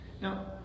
Now